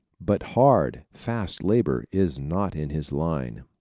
but hard, fast labor is not in his line.